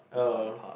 oh